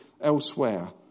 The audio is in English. elsewhere